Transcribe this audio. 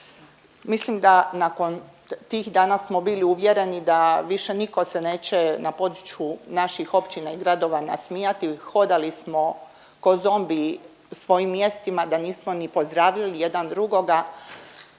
Mislim da nakon tih dana smo bili uvjereni da više niko se neće na području naših općina i gradova nasmijati i hodali smo ko zombiji svojim mjestima da nismo ni pozdravljali jedan drugoga.